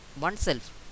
oneself